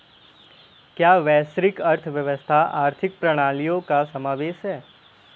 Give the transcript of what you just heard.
क्या वैश्विक अर्थव्यवस्था आर्थिक प्रणालियों का समावेशन है?